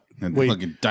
Wait